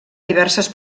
diverses